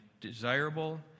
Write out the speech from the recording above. desirable